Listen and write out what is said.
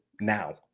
now